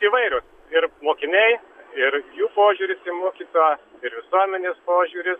įvairios ir mokiniai ir jų požiūris į mokytoją ir visuomenės požiūris